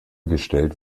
gestellt